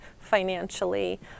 financially